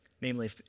Namely